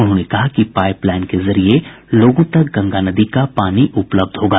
उन्होंने कहा कि पाईप लाईन के जरिये लोगों तक गंगा नदी का पानी उपलब्ध कराया जायेगा